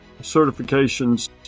certifications